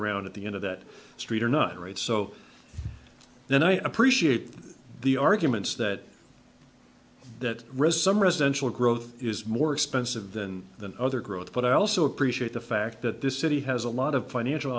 around at the end of that street or not right so then i appreciate the arguments that that residential growth is more expensive than the other growth but i also appreciate the fact that this city has a lot of financial